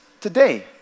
today